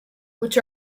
which